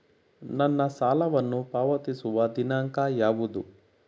ನನ್ನ ಸಾಲವನ್ನು ಪಾವತಿಸುವ ದಿನಾಂಕ ಯಾವುದು?